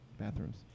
bathrooms